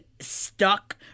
stuck